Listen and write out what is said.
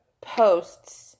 posts